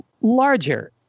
larger